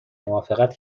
موافقت